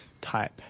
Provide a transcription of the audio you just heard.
type